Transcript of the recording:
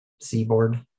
seaboard